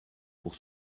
pour